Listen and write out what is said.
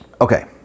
okay